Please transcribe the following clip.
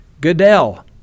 Goodell